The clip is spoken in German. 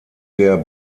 der